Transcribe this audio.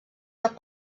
per